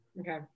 Okay